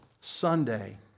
Sunday